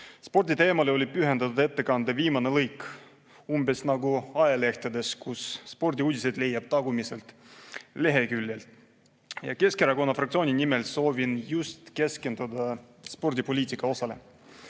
Sporditeemale oli pühendatud ettekande viimane lõik, umbes nagu ajalehtedes, kus spordiuudised leiab tagumiselt leheküljelt. Keskerakonna fraktsiooni nimel soovin keskenduda spordipoliitika osale. Olen